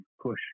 push